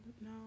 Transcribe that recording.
no